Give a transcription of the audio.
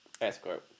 escort